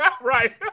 Right